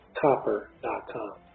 copper.com